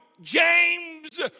James